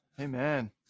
amen